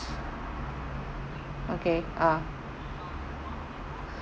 okay ah